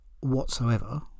whatsoever